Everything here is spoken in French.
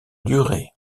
durée